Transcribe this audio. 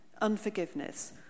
unforgiveness